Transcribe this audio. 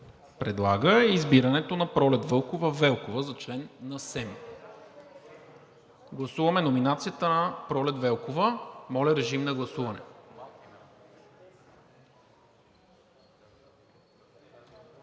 предлага избирането на Пролет Вълкова Велкова за член на СЕМ. Гласуваме номинацията на Пролет Велкова. Гласували